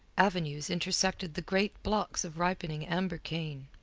avenues intersected the great blocks of ripening amber cane.